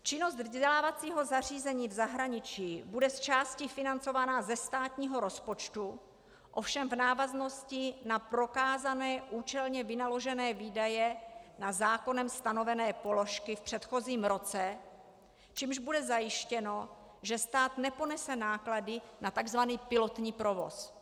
Činnost vzdělávacího zařízení v zahraničí bude zčásti financována ze státního rozpočtu, ovšem v návaznosti na prokázané účelně vynaložené výdaje na zákonem stanovené položky v předchozím roce, čímž bude zajištěno, že stát neponese náklady na tzv. pilotní provoz.